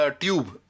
tube